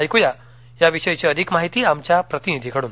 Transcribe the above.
ऐकू या या विषयीची अधिक माहिती आमच्या प्रतिनिधीकडून